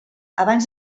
abans